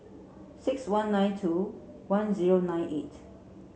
six one nine two one zero nine eight